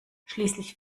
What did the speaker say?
schließlich